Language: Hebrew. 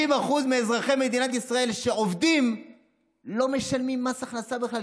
50% מאזרחי מדינת ישראל שעובדים לא משלמים מס הכנסה בכלל,